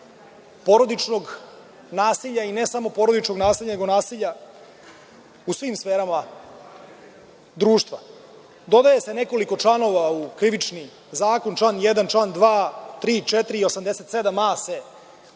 porodičnog nasilja i ne samo porodičnog nasilja nego nasilja u svim sferama društva. Dodaje se nekoliko članova u Krivični zakon. Članovi 1, 2, 3, 4. i 87a. se